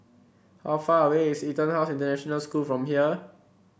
how far away is EtonHouse International School from here